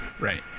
right